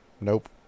Nope